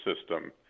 system